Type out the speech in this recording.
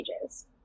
pages